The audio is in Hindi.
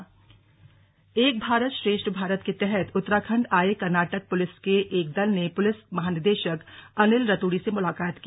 एक भारत श्रेष्ठ भारत एक भारत श्रेष्ठ भारत के तहत उत्तराखण्ड आए कर्नाटक पुलिस के एक दल ने पुलिस महानिदेशक अनिल रतूड़ी से मुलाकात की